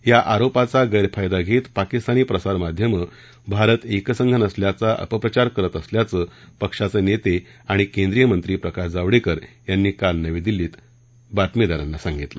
या आरोपाचा गैरफायदा घेत पाकिस्तानी प्रसारमाध्यम भारत एकसंघ नसल्यचा अपप्रचार करत असल्याचं पक्षाचे नेते आणि केंद्रीय मंत्री प्रकाश जावडेकर यांनी काल नवी दिल्लीत पत्रकारांना सांगितलं